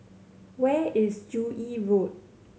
where is Joo Yee Road